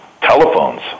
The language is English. telephones